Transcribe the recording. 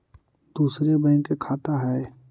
दुसरे बैंक के खाता हैं?